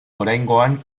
oraingoan